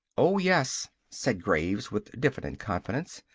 oh, yes! said graves, with diffident confidence.